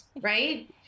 right